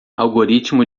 algoritmo